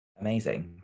Amazing